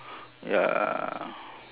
ya